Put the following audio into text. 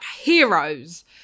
heroes